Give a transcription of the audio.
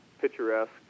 picturesque